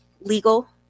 legal